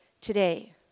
today